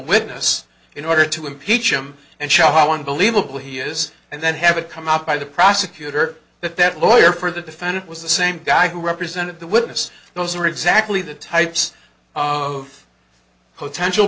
witness in order to impeach him and shot how unbelievably he is and then have a come out by the prosecutor but that lawyer for the defendant was the same guy who represented the witness those are exactly the types of potential